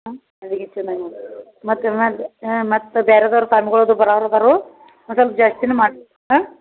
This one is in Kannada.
ಹಾಂ ಅಡಿಗೆ ಚೆನ್ನಾಗಿ ಮಾಡಬೇಕು ಮತ್ತು ಮತ್ತು ಬೇರೆದೋರು ಪಾರ್ಮುಗಳದು ಬರೋರು ಅದಾರು ಒನ್ ಸೊಲ್ಪ ಜಾಸ್ತಿನೆ ಮಾಡಿ ಹಾಂ